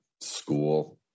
school